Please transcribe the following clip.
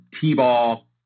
t-ball